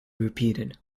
repeated